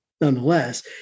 nonetheless